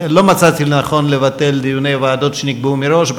לא מצאתי לנכון לבטל דיוני ועדות שנקבעו מראש.